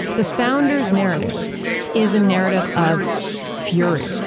the founders narrative is a narrative of fury,